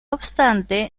obstante